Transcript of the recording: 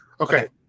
Okay